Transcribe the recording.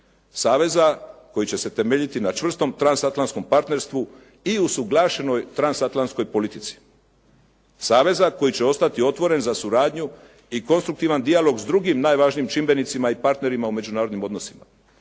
saveza koji će se temeljiti na čvrstom transatlantskom partnerstvu i u suglašenoj transatlantskoj politici. Saveza koji će ostati otvoren za suradnju i konstruktivan dijalog s drugim najvažnijim čimbenicima i partnerima u međunarodnim odnosima,